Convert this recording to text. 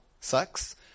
sucks